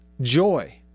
Joy